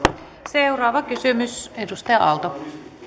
seuraava kysymys edustaja aalto